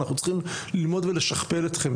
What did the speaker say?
אנחנו צריכים ללמוד ולשכפל אתכם.